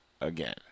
Again